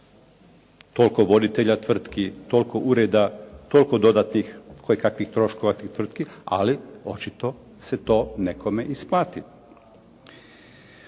Toliko voditelja tvrtki, toliko ureda, toliko dodatnih kojekakvih troškova tih tvrtki, ali očito se to nekome isplati.